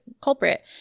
culprit